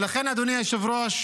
ולכן, אדוני היושב-ראש,